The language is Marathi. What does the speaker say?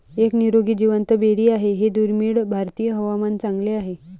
एक निरोगी जिवंत बेरी आहे हे दुर्मिळ भारतीय हवामान चांगले आहे